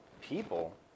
People